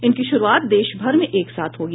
इनकी शुरूआत देश भर में एक साथ होगी